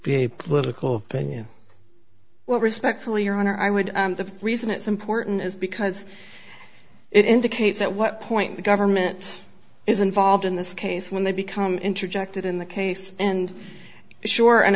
a political opinion well respectfully your honor i would the reason it's important is because it indicates at what point the government is involved in this case when they become interjected in the case and sure an